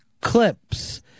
clips